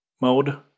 mode